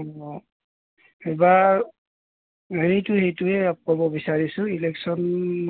অঁ এইবাৰ সেইটো সেইটোৱে ক'ব বিচাৰিছোঁ ইলেকশ্যন